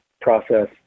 process